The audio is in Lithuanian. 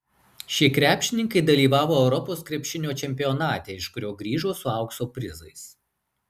šie krepšininkai dalyvavo europos krepšinio čempionate iš kurio grįžo su aukso prizais